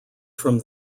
from